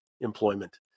employment